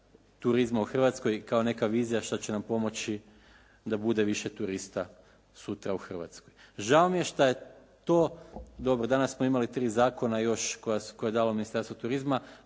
turizma u Hrvatskoj kao neka vizija što će nam pomoći da bude više turista sutra u Hrvatskoj. Žao mi je što je to, dobro danas smo imali tri zakona i još koja je dalo Ministarstvo turizma,